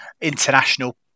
international